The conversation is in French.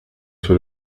sur